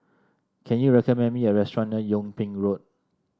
can you recommend me a restaurant near Yung Ping Road